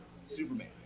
Superman